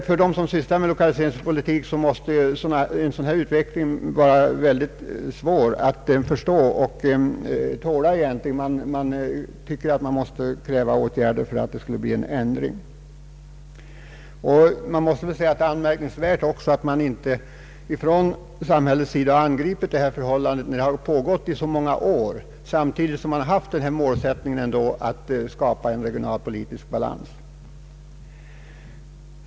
För dem som sysslar med lokaliseringspolitik är det svårt att förstå en sådan här utveckling. Man tycker att det borde vidtagas åtgärder för att få en ändring till stånd. Det är anmärkningsvärt att man inte från samhällets sida har angripit detta missförhållande som har pågått under så många år, samtidigt som man ändå har haft den målsättningen att skapa en regionalpolitisk balans.